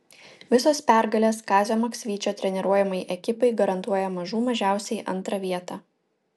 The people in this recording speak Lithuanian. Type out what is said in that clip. visos pergalės kazio maksvyčio treniruojamai ekipai garantuoja mažų mažiausiai antrą vietą